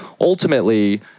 Ultimately